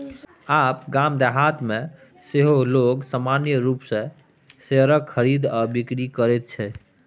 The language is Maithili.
आब गाम देहातमे सेहो लोग सामान्य रूपसँ शेयरक खरीद आ बिकरी करैत छै